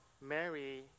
Mary